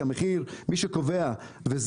כי מי שקובע את המחיר לצרכן,